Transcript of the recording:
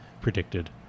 predicted